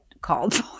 called